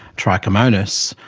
trichomonas,